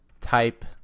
type